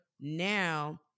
Now